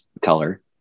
color